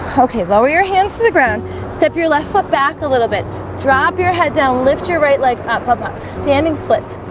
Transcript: okay, lower your hands to the ground step your left foot back a little bit drop your head down lift your right leg up up up standing splits